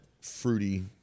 fruity